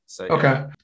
Okay